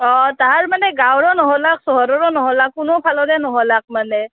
অঁ তাৰ মানে গাঁৱৰৰ নহ'লাক চহৰৰো নহ'লাক কোনো ফালৰে নহ'লাক মানে